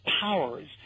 powers